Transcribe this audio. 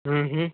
હં હં